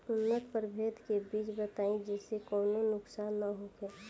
उन्नत प्रभेद के बीज बताई जेसे कौनो नुकसान न होखे?